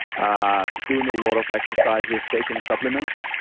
ah doing a lot of exercises taking supplements,